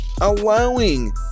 allowing